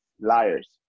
liars